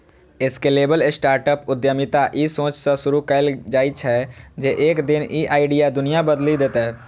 scalable startup उद्यमिता ई सोचसं शुरू कैल जाइ छै, जे एक दिन ई आइडिया दुनिया बदलि देतै